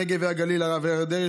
הנגב והגליל של הרב אריה דרעי,